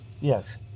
Yes